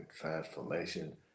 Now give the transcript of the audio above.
transformation